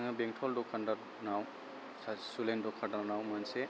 आङो बेंटल दकानदारफोरनाव सासे सुलेन दखानदारनाव मोनसे